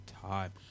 time